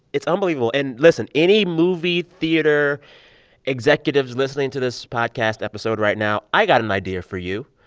it's unbelievable. and listen any movie theater executives listening to this podcast episode right now, i got an idea for you.